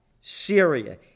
Syria